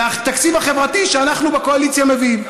והתקציב החברתי שאנחנו בקואליציה מביאים.